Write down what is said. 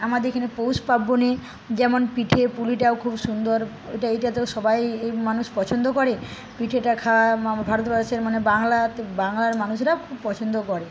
আমাদের এখানে পৌষপার্বণে যেমন পিঠে পুলিটা খুব সুন্দর এটাতেও সবাই মানুষ পছন্দ করে পিঠেটা খায় ভারতবর্ষের মানে বাংলার বাংলার মানুষরা খুব পছন্দ করে